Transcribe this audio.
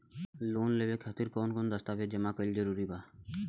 Loan लेवे खातिर कवन कवन दस्तावेज जमा कइल जरूरी बा?